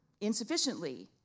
insufficiently